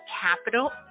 capital